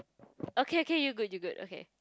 okay okay you good you good okay